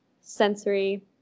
sensory